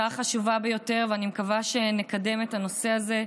הצעה חשובה ביותר, ואני מקווה שנקדם את הנושא הזה.